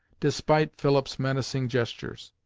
despite philip's menacing gestures.